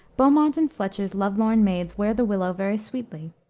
beaumont and fletcher's love-lorn maids wear the willow very sweetly,